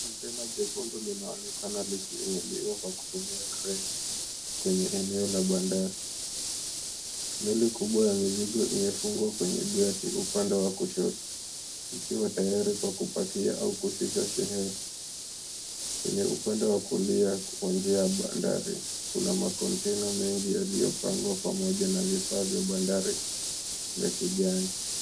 Konteina jekundu linaonekana likiinuliwa kwa kutumia kren kwenye eneo la bandari. Meli kubwa ya mizigo imefungwa kwenye geti upande wa kushoto ikiwa tayari kwa kupakia au kushusha shehena. Kwenye upande wa kulia kwa njia ya bandari kuna makonteina mengi yaliyopangwa pamoja na vifaa vya bandari vya kijani.